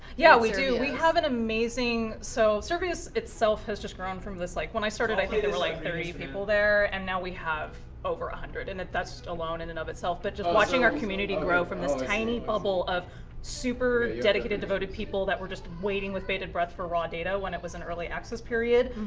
yeah, we do. we have an amazing so survios itself has just grown from this like, when i started, i think there were like, thirty people there. and now we have over one ah hundred. and that's just alone in and of itself. but just watching our community grow from this tiny bubble of super dedicated devoted people that were just waiting with bated breath for raw data when it was in early access period,